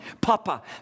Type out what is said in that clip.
Papa